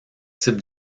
types